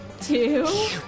Two